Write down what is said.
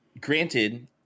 granted